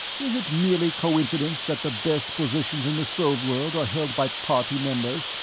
is it merely coincidence that the best positions in the sov-world are held by party members,